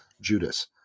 Judas